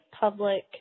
public